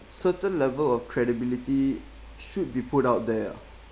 certain level of credibility should be put out there ah